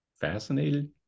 fascinated